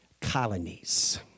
colonies